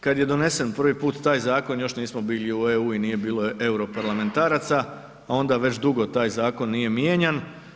Kad je donesen prvi put taj zakon još nismo bili u EU i nije bilo europarlamentaraca, a onda već dugo taj zakon nije mijenjan.